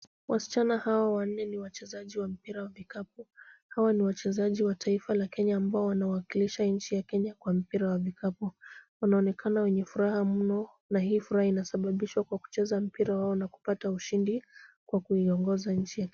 Wasichana hawa wanne ni wachezaji wa mpira wa vikapu. Hawa ni wachezaji wa taifa la Kenya ambao wanawakilisha nchi ya Kenya kwa mpira wa vikapu. Wanaonekana wenye furaha mno na hii furaha inasababishwa kwa kucheza mpira wao na kupata ushindi kwa kuiongoza nchi ya Kenya.